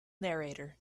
narrator